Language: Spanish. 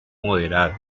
moderado